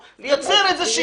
וכך, לפחות ברמה הבטיחותית.